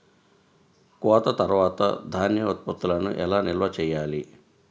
కోత తర్వాత ధాన్య ఉత్పత్తులను ఎలా నిల్వ చేయాలి?